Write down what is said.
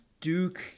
Duke